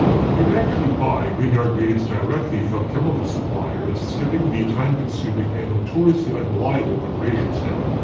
you can actually buy grignard reagents directly from chemical suppliers skipping the time consuming and notoriously unreliable preparation step.